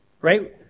right